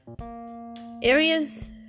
areas